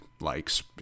likes